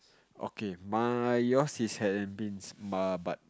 okay my yours is had been but